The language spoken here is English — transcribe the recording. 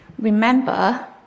Remember